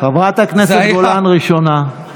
חברת הכנסת גולן, ראשונה.